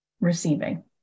receiving